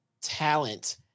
talent